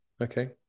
Okay